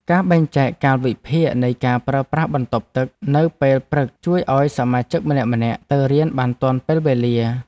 ការបែងចែកកាលវិភាគនៃការប្រើប្រាស់បន្ទប់ទឹកនៅពេលព្រឹកជួយឱ្យសមាជិកម្នាក់ៗទៅរៀនបានទាន់ពេលវេលា។